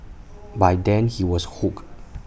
by then he was hooked